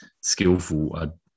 skillful